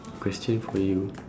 question for you